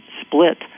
split